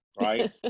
right